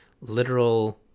literal